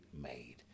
made